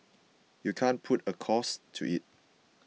you can't put a cost to it